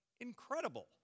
Incredible